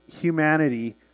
humanity